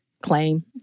claim